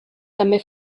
també